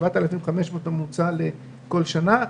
7,500 בממוצע לכל שנה,